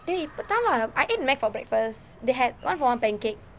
dey இப்ப தான்:ippa thaan I ate Macdonald's for breakfast they had one for one pancake